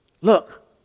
Look